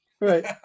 Right